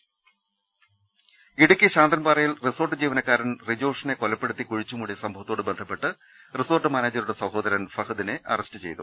ദർവ്വട്ടെഴ ഇടുക്കി ശാന്തൻപാറയിൽ റിസോർട്ട് ജീവനക്കാരൻ റിജോഷിനെ കൊല പ്പെടുത്തി കുഴിച്ചുമൂടിയ സംഭവത്തോട് ബന്ധപ്പെട്ട് റിസോർട്ട് മാനേജരുടെ സഹോദരൻ ഫഹദിനെ അറസ്റ്റ് ചെയ്തു